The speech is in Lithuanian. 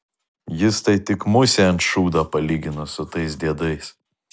jis tai tik musė ant šūdo palyginus su tais diedais